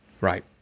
Right